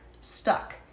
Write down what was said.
stuck